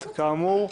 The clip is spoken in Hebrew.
כאמור?